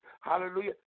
Hallelujah